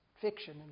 fiction